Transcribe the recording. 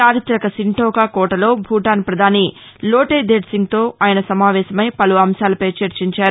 చారిత్రక సింటోఖా కోట లో భూటాన్ ప్రపధాని లోటే థేర్సింగ్తో ఆయన సమావేశమై పలు అంశాలపై చర్చించారు